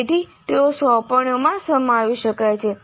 તેથી તેઓ સોંપણીઓમાં સમાવી શકાય છે